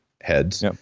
heads